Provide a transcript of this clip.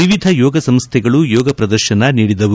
ವಿವಿಧ ಯೋಗ ಸಂಸ್ವೆಗಳು ಯೋಗ ಪ್ರದರ್ಶನ ನೀಡಿದವು